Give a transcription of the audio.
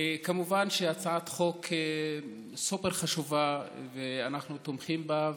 כמובן שהצעת החוק סופר חשובה, ואנחנו תומכים בה.